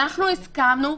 אנחנו הסכמנו.